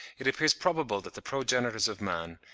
it appears probable that the progenitors of man,